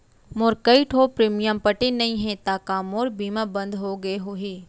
मोर कई ठो प्रीमियम पटे नई हे ता का मोर बीमा बंद हो गए होही?